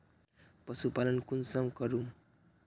पशुपालन कुंसम करूम?